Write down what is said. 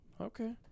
Okay